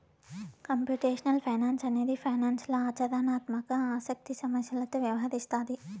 computational finance అనేది ఫైనాన్స్లో ఆచరణాత్మక ఆసక్తి సమస్యలతో వ్యవహరిస్తాది